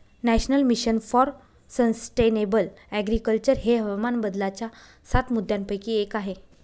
national Mission for Sustainable Agriculture हे हवामान बदलाच्या सात मुद्यांपैकी एक आहे